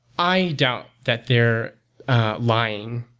i doubt that they're lying.